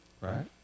right